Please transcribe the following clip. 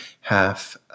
half